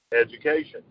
education